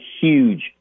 huge